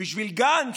בשביל גנץ?